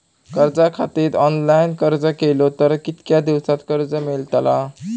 कर्जा खातीत ऑनलाईन अर्ज केलो तर कितक्या दिवसात कर्ज मेलतला?